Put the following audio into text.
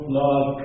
love